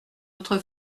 autre